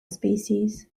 species